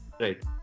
Right